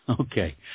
Okay